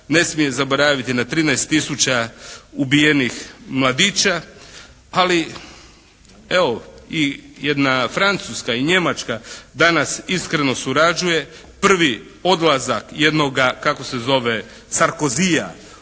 ne smije zaboraviti na 13000 ubijenih mladića. Ali evo i jedna Francuska i Njemačka danas iskreno surađuje. Prvi odlazak jednoga kako se zove sarkozija